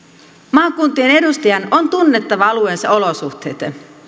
maakuntien edustajan on tunnettava alueensa olosuhteet